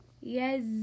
Yes